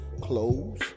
clothes